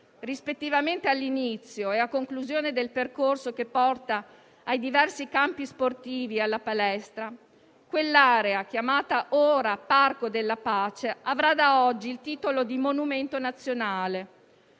rispettivamente all'inizio e a conclusione del percorso che porta ai diversi campi sportivi e alla palestra - chiamata ora Parco della pace, avrà da oggi il titolo di monumento nazionale,